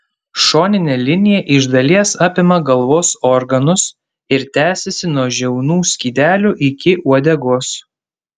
šoninė linija iš dalies apima galvos organus ir tęsiasi nuo žiaunų skydelių iki uodegos